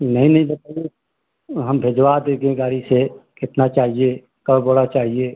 नहीं ली बताइए हम भिजवा देगे गाड़ी से कितना चाहिए कितना बोरा चाहिए